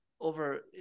over